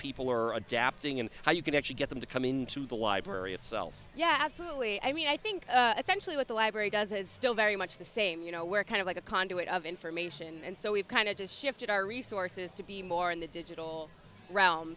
people are adapting and how you can actually get them to come into the library itself yeah absolutely i mean i think essentially what the library does has still very much the same you know we're kind of like a conduit of information and so we've kind of just shifted our resources to be more in the digital r